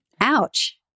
Ouch